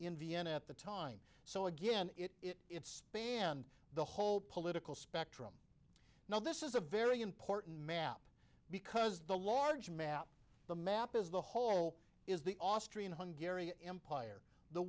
vienna at the time so again it is it's banned the whole political spectrum now this is a very important matter because the large map the map is the whole is the austria hungary empire the